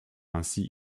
ainsi